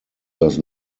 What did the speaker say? does